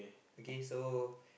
okay so